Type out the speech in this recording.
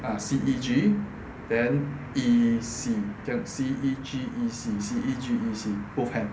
ah C E G then E C 这样 C E G E C C E G E C both hand